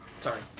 sorry